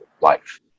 life